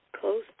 Close